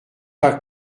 pas